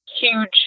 huge